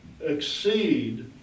exceed